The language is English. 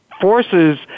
forces